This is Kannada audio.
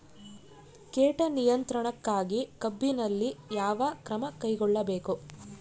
ಕೇಟ ನಿಯಂತ್ರಣಕ್ಕಾಗಿ ಕಬ್ಬಿನಲ್ಲಿ ಯಾವ ಕ್ರಮ ಕೈಗೊಳ್ಳಬೇಕು?